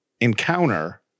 encounter